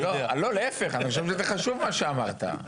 --- אני חושב שזה חשוב, מה שאמרת.